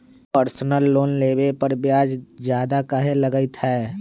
Personal loan लेबे पर ब्याज ज्यादा काहे लागईत है?